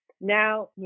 now